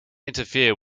interfere